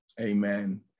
amen